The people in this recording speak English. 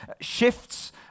shifts